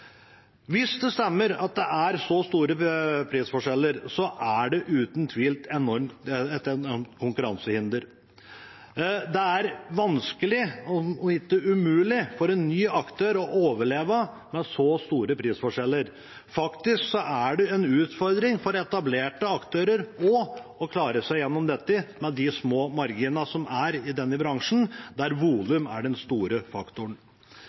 Hvis det stemmer at det er så store prisforskjeller, er det uten tvil et enormt konkurransehinder. Det er vanskelig, om ikke umulig, for en ny aktør å overleve når det er så store prisforskjeller. Faktisk er det en utfordring for etablerte aktører også å klare seg gjennom dette med de små marginene som er i denne bransjen, der volum er den store faktoren.